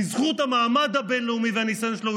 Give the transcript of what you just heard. בזכות המעמד הבין-לאומי והניסיון שלו הוא